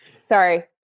Sorry